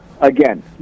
again